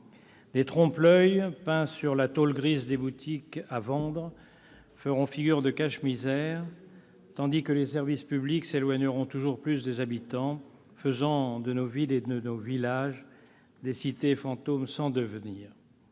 Des trompe-l'oeil peints sur la tôle grise des boutiques à vendre feront figure de cache-misère, tandis que les services publics s'éloigneront toujours plus des habitants, faisant de nos villes et de nos villages des cités fantômes sans devenir.